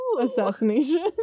assassination